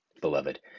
Beloved